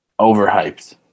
overhyped